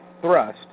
thrust